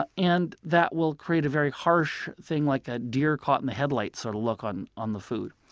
ah and that will create a very harsh thing, like a deer-caught-in-the-headlights sort of look on on the food.